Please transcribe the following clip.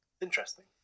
interesting